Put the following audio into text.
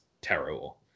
terrible